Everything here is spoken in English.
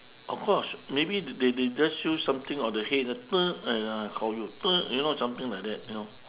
of course maybe they they just show something on the head I call you you know something like that you know